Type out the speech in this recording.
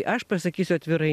aš pasakysiu atvirai